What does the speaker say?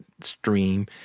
stream